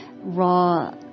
raw